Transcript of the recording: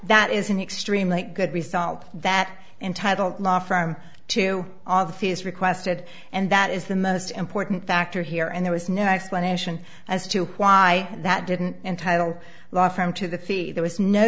that is an extremely good result that entitle law firm to all the fees requested and that is the most important factor here and there was no explanation as to why that didn't entitle law firm to the fee there was no